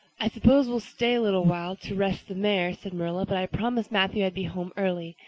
i suppose we'll stay a little while to rest the mare, said marilla, but i promised matthew i'd be home early.